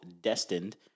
Destined